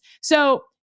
So-